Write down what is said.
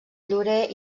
llorer